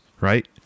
right